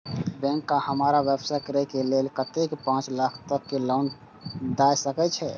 Bank का हमरा व्यवसाय करें के लेल कतेक पाँच लाख तक के लोन दाय सके छे?